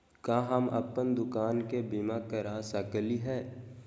का हम अप्पन दुकान के बीमा करा सकली हई?